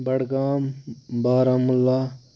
Beijing Mexico